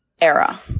era